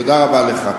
תודה רבה לך.